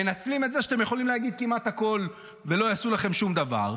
מנצלים את זה שאתם יכולים להגיד כמעט הכול ולא יעשו לכם שום דבר,